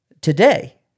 Today